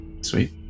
sweet